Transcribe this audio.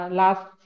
last